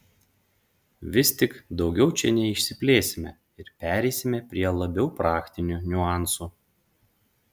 vis tik daugiau čia neišsiplėsime ir pereisime prie labiau praktinių niuansų